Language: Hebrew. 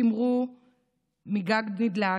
שמרו מגג נדלק,